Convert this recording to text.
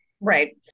Right